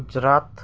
Gujarat